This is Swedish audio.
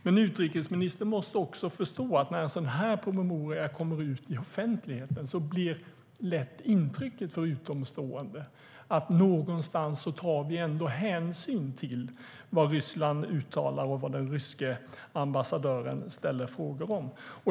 Men utrikesministern måste också förstå att när en sådan promemoria kommer ut i offentligheten blir lätt intrycket för utomstående att någonstans tar vi ändå hänsyn till vad Ryssland uttalar och vad den ryske ambassadören ställer frågor om.